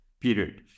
period